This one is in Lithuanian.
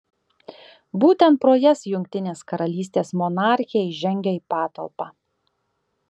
būtent pro jas jungtinės karalystės monarchė įžengia į patalpą